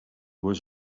was